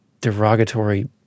derogatory